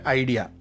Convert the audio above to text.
idea